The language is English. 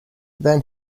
then